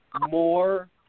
more